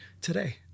today